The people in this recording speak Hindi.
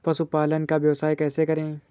पशुपालन का व्यवसाय कैसे करें?